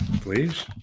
please